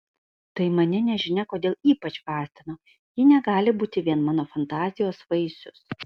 tai mane nežinia kodėl ypač gąsdino ji negali būti vien mano fantazijos vaisius